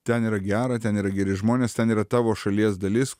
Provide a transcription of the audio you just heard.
ten yra gera ten yra geri žmonės ten yra tavo šalies dalis